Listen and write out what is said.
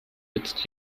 jetzt